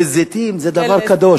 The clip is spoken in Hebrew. וזיתים זה דבר קדוש.